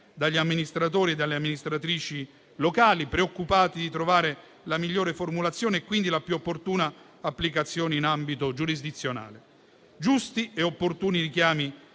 dagli amministratori e dalle amministratrici locali, preoccupati di trovare la migliore formulazione e quindi la più opportuna applicazione in ambito giurisdizionale. Giusti e opportuni i richiami